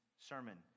sermon